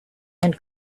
and